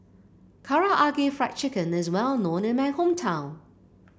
Karaage Fried Chicken is well known in my hometown